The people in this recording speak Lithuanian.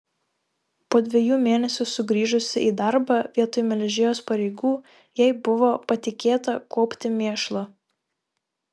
po dviejų mėnesių sugrįžusi į darbą vietoj melžėjos pareigų jai buvo patikėta kuopti mėšlą